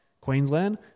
Queensland